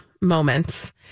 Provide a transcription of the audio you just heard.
moments